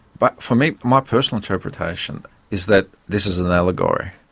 but for me my personal interpretation is that this is an allegory,